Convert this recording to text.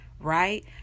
right